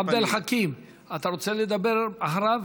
עבד אל חכים, אתה רוצה לדבר אחריו?